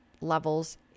levels